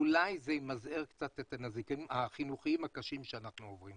אולי זה ימזער קצת את הנזקים החינוכיים הקשים שאנחנו עוברים.